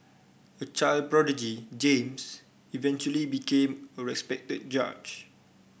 a child prodigy James eventually became a respected judge